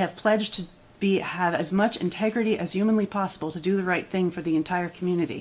have pledged to be had as much integrity as human we possible to do the right thing for the entire community